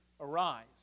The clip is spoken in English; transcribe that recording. arise